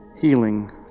Healing